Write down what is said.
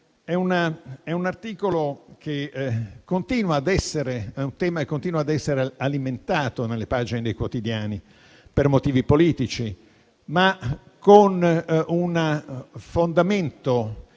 È un tema che continua ad essere alimentato nelle pagine dei quotidiani per motivi politici, ma con un fondamento